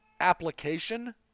application